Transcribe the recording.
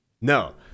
no